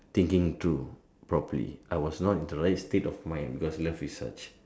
thinking through properly I was not in the right state of mind because love is such